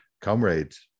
comrades